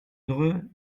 dreux